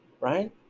right